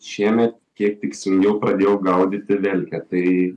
šiemet kiek tikslingiau pradėjau gaudyti velke tai